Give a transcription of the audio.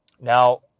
Now